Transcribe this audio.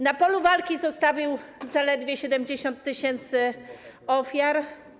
Na polu walki zostawił zaledwie 70 tys. ofiar.